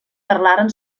parlaren